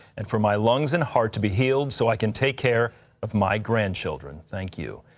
and for my lungs and heart to be healed so i can take care of my grandchildren. thank you.